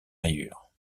rayures